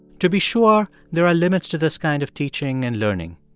to be sure, there are limits to this kind of teaching and learning.